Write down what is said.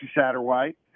Satterwhite